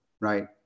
Right